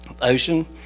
ocean